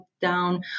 down